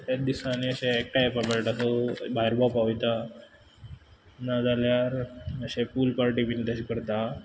तेच दिसांनी अशें एकठांय येवपाक मेळटा सो भायर भोंवपाक वयता ना जाल्यार अशें पूल पार्टी बीन तशें करतात